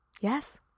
yes